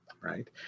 right